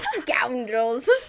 scoundrels